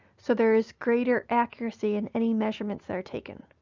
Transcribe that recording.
so there is greater accuracy in any measurements that are taken.